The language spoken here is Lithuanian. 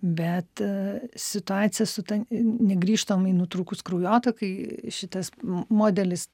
bet situacija su ta negrįžtamai nutrūkus kraujotakai šitas m modelis